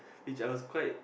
which I was quite